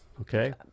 Okay